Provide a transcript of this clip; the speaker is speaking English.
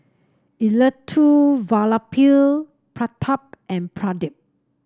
Elattuvalapil Pratap and Pradip